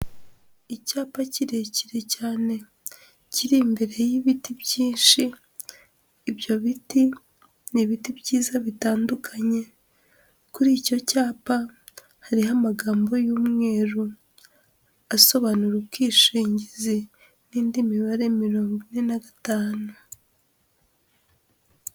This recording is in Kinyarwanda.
Icyapa kirekire cyane, kiri imbere y'ibiti byinshi, ibyo biti ni ibiti byiza bitandukanye, kuri icyo cyapa hariho amagambo y'umweru asobanura ubwishingizi n'indi mibare mirongo ine na gatanu.